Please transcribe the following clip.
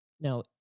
Now